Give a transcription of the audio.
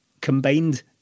combined